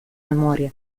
memoria